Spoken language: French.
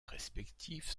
respectifs